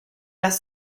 las